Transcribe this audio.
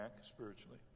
spiritually